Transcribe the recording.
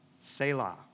Selah